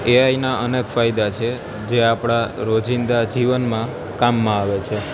એઆઈના અનેક ફાયદા છે જે આપણા રોજિંદા જીવનમાં કામમાં આવે છે